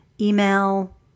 email